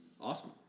Awesome